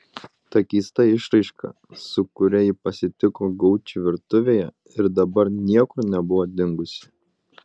ta keista išraiška su kuria ji pasitiko gaučį virtuvėje ir dabar niekur nebuvo dingusi